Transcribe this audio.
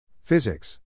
Physics